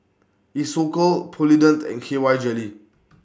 Isocal Polident and K Y Jelly